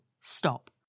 Stop